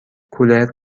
کولر